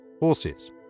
horses